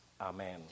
Amen